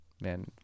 man